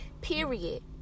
period